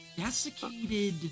desiccated